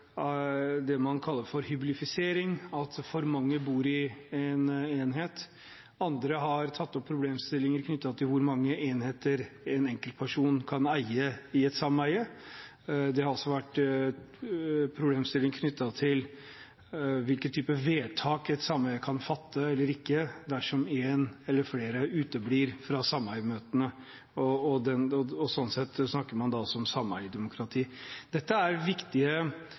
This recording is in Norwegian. det man kaller hyblifisering, at for mange bor i en enhet. Andre har tatt opp problemstillinger knyttet til hvor mange enheter en enkelt person kan eie i et sameie. Det har også vært problemstillinger knyttet til hvilke typer vedtak et sameie kan fatte eller ikke, dersom en eller flere uteblir fra sameiemøtene. Slik sett snakker man altså om sameiedemokrati. Dette er